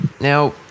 Now